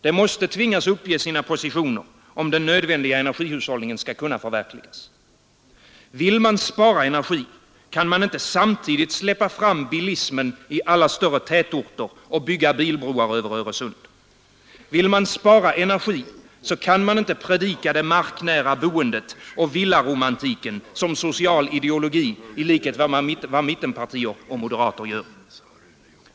Det måste tvingas att uppge sina positioner om den nödvändiga energihushållningen skall kunna förverkligas. Vill man spara energi, kan man inte samtidigt släppa fram bilismen i alla större tätorter och bygga bilbroar över Öresund. Vill man spara energi, kan man inte predika det marknära boendet och villaromantiken som social ideologi i likhet med vad mittenpartier och moderater gör.